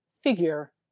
figure